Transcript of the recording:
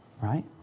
right